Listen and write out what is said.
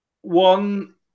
one